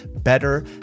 better